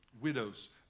widows